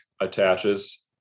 attaches